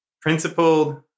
Principled